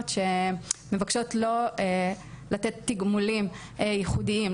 שמבקשות לא לתת תגמולים ייחודיים,